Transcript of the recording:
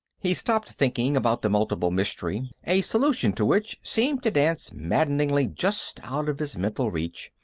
he stopped thinking about the multiple mystery, a solution to which seemed to dance maddeningly just out of his mental reach,